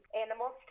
animals